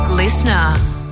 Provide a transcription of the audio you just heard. Listener